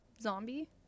zombie